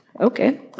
Okay